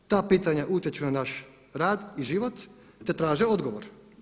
Ta pitanja utječu na naš rad i život, te traže odgovor.